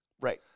Right